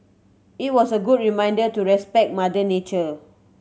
it was a good reminder to respect mother nature